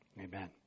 Amen